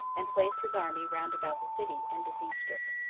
and placed his army round about the city, and besieged it.